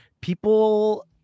people